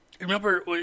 Remember